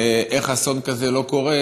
איך אסון כזה לא קורה,